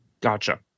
Gotcha